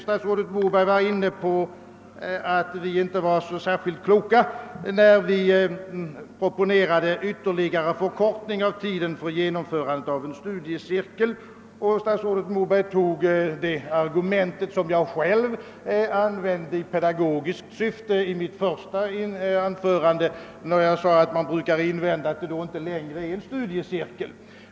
Statsrådet Moberg tycker inte vi var så särskilt kloka, när vi proponerade en ytterligare förkortning av tiden för genomförandet av en studiecirkel, och statsrådet anförde det argument som jag själv i pedagogiskt syfte använde i mitt första anförande, då jag sade att man brukar invända att det då inte längre är en studiecirkel.